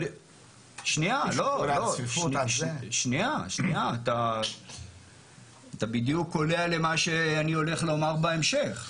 שנייה, אתה בדיוק קולע למה שאני הולך לומר בהמשך.